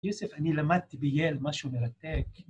יוסף, אני למדתי בYale משהו מרתק